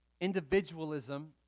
individualism